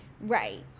Right